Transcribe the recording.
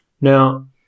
Now